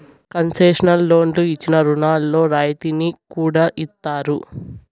concessional లోన్లు ఇచ్చిన రుణాల్లో రాయితీని కూడా ఇత్తారు